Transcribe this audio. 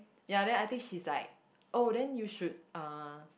ya then I think she's like oh then you should uh